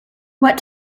what